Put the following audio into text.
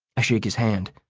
i shake his hand.